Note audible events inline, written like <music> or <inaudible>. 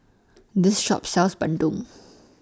This Shop sells Bandung <noise>